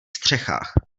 střechách